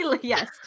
yes